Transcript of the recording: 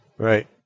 Right